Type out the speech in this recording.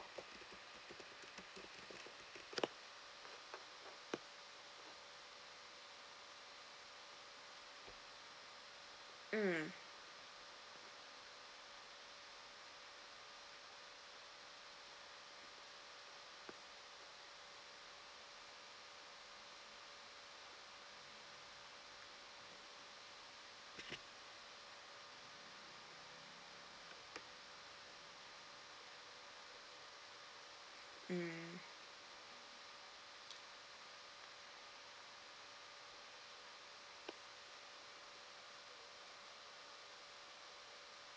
mm mm